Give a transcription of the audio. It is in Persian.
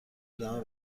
ادامه